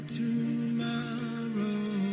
tomorrow